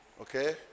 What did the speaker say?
Okay